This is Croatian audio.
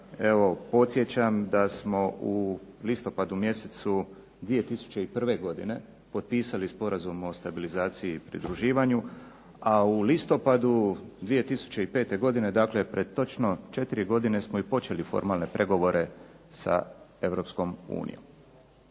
Evo podsjećam da smo u listopadu mjesecu 2001. godine potpisali Sporazum o stabilizaciji i pridruživanju, a u listopadu 2005. godine, dakle pred točno 4 godine smo i počeli formalne pregovore sa